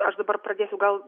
aš dabar pradėsiu gal